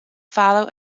follow